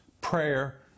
Prayer